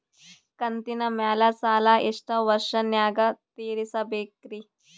ಕಂತಿನ ಮ್ಯಾಲ ಸಾಲಾ ಎಷ್ಟ ವರ್ಷ ನ್ಯಾಗ ತೀರಸ ಬೇಕ್ರಿ?